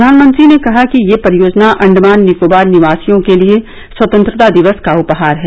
प्रधानमंत्री ने कहा कि यह परियोजना अंडमान निकोबार निवासियों के लिए स्वतंत्रता दिवस का उपहार है